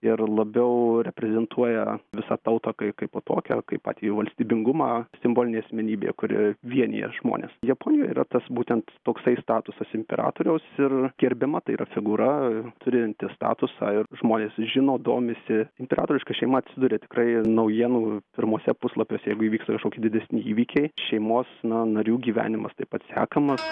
ir labiau reprezentuoja visą tautą kai kaipo tokią kaip patį jau valstybingumą simbolinė asmenybė kuri vienija žmones japonijoj yra tas būtent toksai statusas imperatoriaus ir gerbiama tai yra figūra turinti statusą ir žmonės žino domisi imperatoriška šeima atsiduria tikrai naujienų pirmuose puslapiuose jeigu įvyksta kažkokie didesni įvykiai šeimos na narių gyvenimas taip pat sekamas